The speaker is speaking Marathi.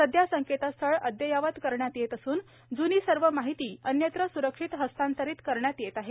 सध्या संकेतस्थळ अदययावत येत असून ज्ना सर्व डेटा अन्यत्र स्रक्षित हस्तांतरित करण्यात येत आहे